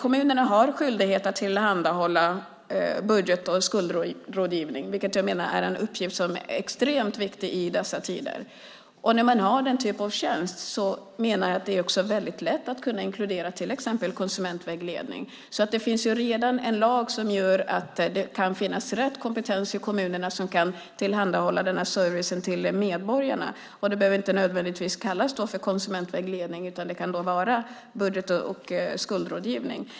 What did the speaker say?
Kommunerna har en skyldighet att tillhandahålla budget och skuldrådgivning, vilket jag menar är en uppgift som är extremt viktig i dessa tider. När man har den typen av tjänst menar jag att det också är väldigt lätt att inkludera till exempel konsumentvägledning. Det finns alltså redan en lag som gör att det ska finnas rätt kompetens i kommunerna som kan tillhandahålla denna service till medborgarna, men det behöver inte nödvändigtvis kallas konsumentvägledning utan kan vara budget och skuldrådgivning.